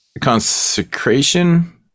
consecration